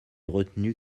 retenue